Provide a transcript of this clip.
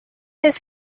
his